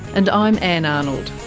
and i'm ann arnold.